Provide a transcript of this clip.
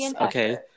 okay